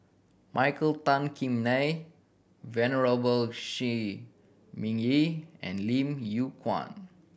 Michael Tan Kim Nei Venerable Shi Ming Yi and Lim Yew Kuan